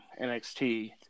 NXT